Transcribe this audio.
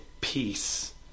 peace